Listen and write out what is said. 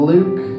Luke